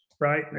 Right